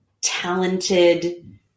talented